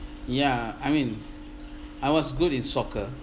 ya I mean I was good in soccer